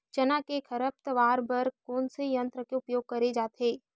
चना के खरपतवार बर कोन से यंत्र के उपयोग करे जाथे?